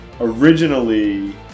originally